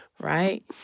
right